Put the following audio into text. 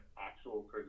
actual